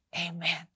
amen